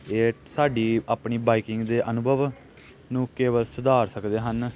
ਇਹ ਸਾਡੀ ਆਪਣੀ ਬਾਈਕਿੰਗ ਦੇ ਅਨੁਭਵ ਨੂੰ ਕੇਵਲ ਸੁਧਾਰ ਸਕਦੇ ਹਨ